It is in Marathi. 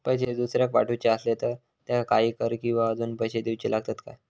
पैशे दुसऱ्याक पाठवूचे आसले तर त्याका काही कर किवा अजून पैशे देऊचे लागतत काय?